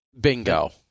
Bingo